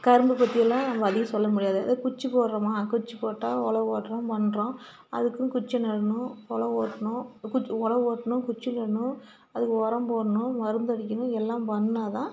கரும்பு பற்றியெல்லாம் நம்ப அதிகம் சொல்ல முடியாது அதே குச்சி போடுறோமா குச்சி போட்டால் ஒழவு ஓட்டுறோம் பண்ணுறோம் அதுக்குன்னு குச்சி நடணும் ஒழவு ஓட்டணும் குச்சி ஒழவு ஓட்டணும் குச்சி நடணும் அதுக்கு உரம் போடணும் மருந்தடிக்கணும் எல்லாம் பண்ணிணா தான்